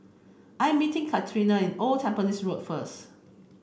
I'm meeting Karina is Old Tampines Road first